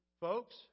Folks